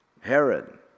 Herod